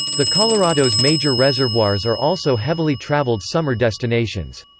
the colorado's major reservoirs are also heavily traveled summer destinations.